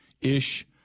ish